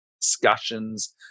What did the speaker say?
discussions